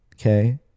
Okay